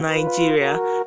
Nigeria